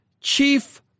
chief